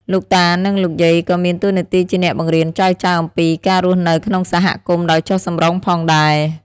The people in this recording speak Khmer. លោកតា និងលោកយាយក៏មានតួនាទីជាអ្នកបង្រៀនចៅៗអំពីការរស់នៅក្នុងសហគមន៍ដោយចុះសម្រុងផងដែរ។